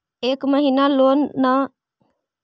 एक महिना लोन के ई.एम.आई न जमा करला पर का होतइ?